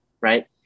right